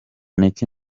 nicki